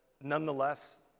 nonetheless